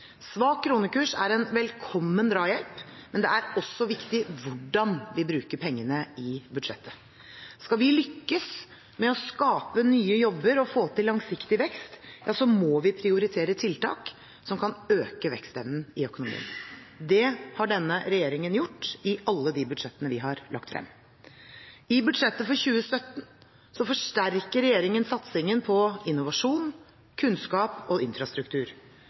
Svak kronekurs er en velkommen drahjelp, men det er også viktig hvordan vi bruker pengene i budsjettet. Skal vi lykkes med å skape nye jobber og få til langsiktig vekst, må vi prioritere tiltak som kan øke vekstevnen i økonomien. Det har denne regjeringen gjort i alle de budsjettene vi har lagt frem. I budsjettet for 2017 forsterker regjeringen satsingen på innovasjon, kunnskap og infrastruktur.